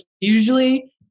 usually